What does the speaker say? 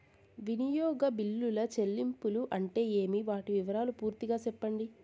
వినియోగ బిల్లుల చెల్లింపులు అంటే ఏమి? వాటి వివరాలు పూర్తిగా సెప్పండి?